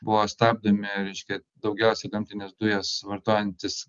buvo stabdomi reiškia daugiausiai gamtines dujas vartojantys